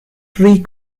tree